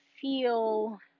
feel